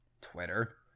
Twitter